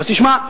אז תשמע,